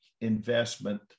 investment